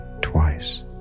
twice